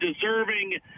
deserving